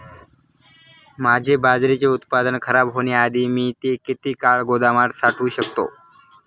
माझे बाजरीचे उत्पादन खराब होण्याआधी मी ते किती काळ गोदामात साठवू शकतो?